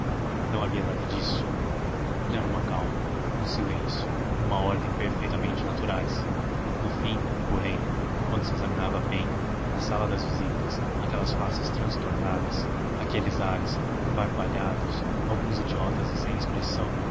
não havia nada disso era uma calma um silêncio uma ordem perfeitamente naturais no fim porém quando se examinavam bem na sala de visitas aquelas faces transtornadas aqueles ares aparvalhados alguns idiotas e sem expressão